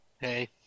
Hey